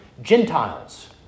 Gentiles